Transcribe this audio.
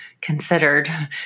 considered